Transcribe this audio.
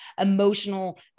emotional